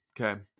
okay